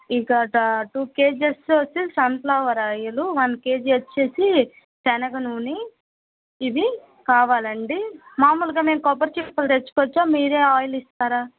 ఇక two K Gs వస్తే sunflower oil one K G వచ్చేసి శనగ నూనె ఇవి కావాలండి మామూలుగా మేము కొబ్బరి చిప్పలు తెచ్చుకోవచ్చా మీరే ఆయిల్ ఇస్తారా